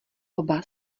oba